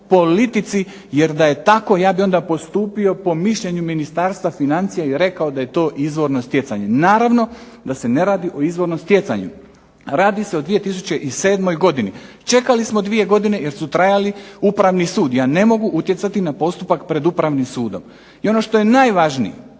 politici, jer da je tako ja bih onda postupio po mišljenju Ministarstva financija i rekao da je to izvorno stjecanje. Naravno da se ne radi o izvornom stjecanju. Radi se o 2007. godini. Čekali smo dvije godine jer su trajali Upravni sud. Ja ne mogu utjecati na postupak pred Upravnim sudom. I ono što je najvažnije,